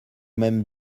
même